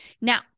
Now